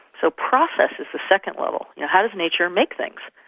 so process is the second level. you know how does nature make things?